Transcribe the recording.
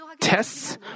tests